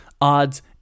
odds